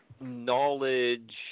knowledge